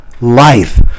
Life